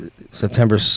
September